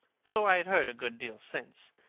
though i have heard a good deal since.